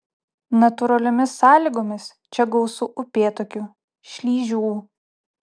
natūraliomis sąlygomis čia gausu upėtakių šlyžių